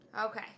Okay